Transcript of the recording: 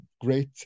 great